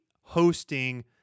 hosting